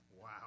Wow